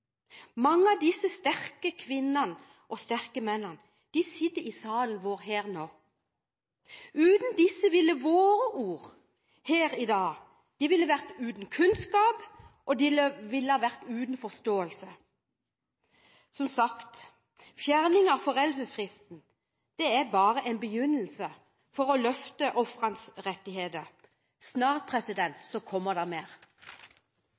Mange av disse sterke kvinnene og sterke mennene sitter på galleriet her nå. Uten disse ville våre ord her i dag vært uten kunnskap, og de ville ha vært uten forståelse. Som sagt er fjerning av foreldelsesfristen bare en begynnelse for å løfte ofrenes rettigheter. Snart kommer det mer.